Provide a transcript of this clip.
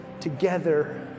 together